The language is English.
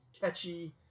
catchy